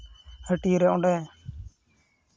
ᱦᱟᱹᱴᱤᱭᱟᱹ ᱨᱮ ᱚᱸᱰᱮ